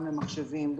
גם למחשבים,